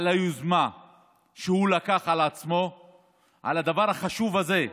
על היוזמה שהוא לקח על עצמו בדבר החשוב הזה,